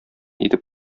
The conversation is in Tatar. итеп